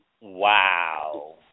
wow